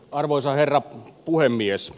arvoisa herra puhemies